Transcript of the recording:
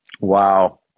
Wow